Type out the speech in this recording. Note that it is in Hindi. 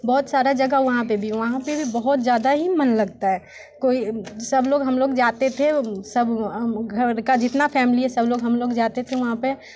बहुत सारा जगह वहाँ पे भी वहाँ पे भी बहुत ज़्यादा ही मन लगता है कोई सब लोग हम लोग जाते थे सब हम घर का जितना फैमिली है सब लोग हम लोग जाते थे वहाँ पे